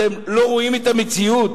אתם לא רואים את המציאות?